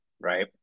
right